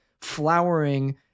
flowering